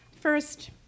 First